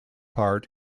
part